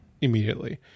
immediately